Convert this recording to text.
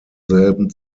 selben